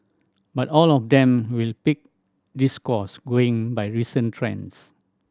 but all of them will pick this course going by recent trends